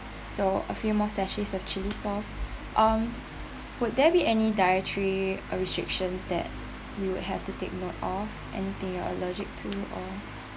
so a few more sachets of chili sauce um would there be any dietary uh restrictions that we'll have to take note of anything you're allergic to